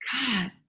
God